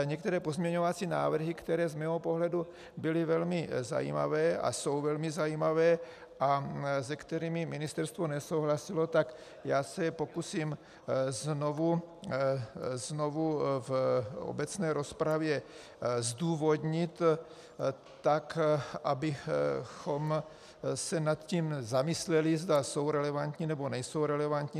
Některé pozměňovací návrhy, které z mého pohledu byly velmi zajímavé a jsou velmi zajímavé a s kterými ministerstvo nesouhlasilo, se pokusím znovu v obecné rozpravě zdůvodnit tak, abychom se nad tím zamysleli, zda jsou relevantní, nebo nejsou relevantní.